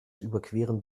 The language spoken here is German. überqueren